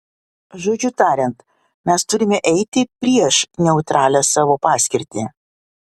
žodžiu tariant mes turime eiti prieš neutralią savo paskirtį